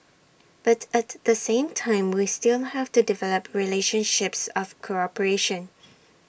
but at the same time we still have to develop relationships of cooperation